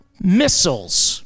missiles